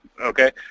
Okay